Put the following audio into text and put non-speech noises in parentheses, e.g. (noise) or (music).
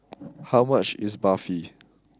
(noise) how much is Barfi